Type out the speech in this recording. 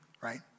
right